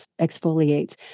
exfoliates